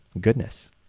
goodness